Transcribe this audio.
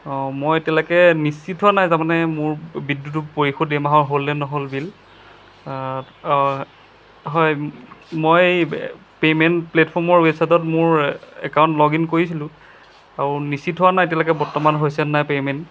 অঁ মই এতিয়ালৈকে নিশ্চিত হোৱা নাই তাৰমানে মোৰ বিদ্যুতো পৰিশোধ এইমাহৰ হ'ল নে নহ'ল বিল হয় হয় মই পে'মেণ্ট প্লেটফৰ্মৰ ৱেবছাইটত মোৰ একাউণ্ট লগ ইন কৰিছিলোঁ আৰু নিশ্চিত হোৱা নাই এতিয়ালৈকে বৰ্তমান হৈছে নাই পে'মেণ্ট